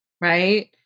Right